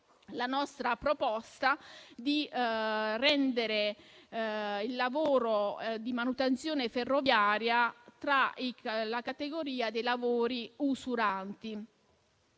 la nostra proposta di inserire la manutenzione ferroviaria nella categoria dei lavori usuranti.